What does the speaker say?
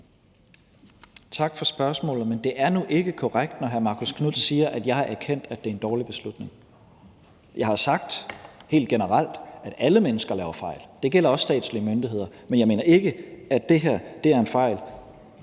Tak for spørgsmålet. Men det er nu ikke korrekt, når hr. Marcus Knuth siger, at jeg har erkendt, at det er en dårlig beslutning. Jeg har sagt helt generelt, at alle mennesker laver fejl – men jeg mener ikke, at det her er en fejl.